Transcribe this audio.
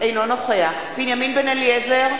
אינו נוכח בנימין בן-אליעזר,